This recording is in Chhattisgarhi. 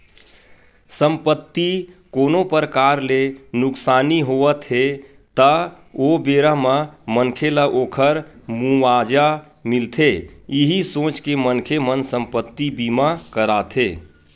संपत्ति कोनो परकार ले नुकसानी होवत हे ता ओ बेरा म मनखे ल ओखर मुवाजा मिलथे इहीं सोच के मनखे मन संपत्ति बीमा कराथे